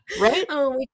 Right